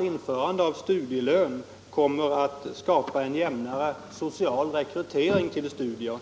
Införande av studielön kommer uppenbarligen att skapa en jämnare social rekrytering till studier.